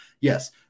Yes